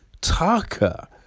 Taka